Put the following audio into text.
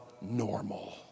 normal